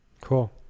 Cool